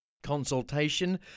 consultation